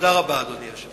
תודה רבה, אדוני היושב-ראש.